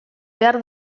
behar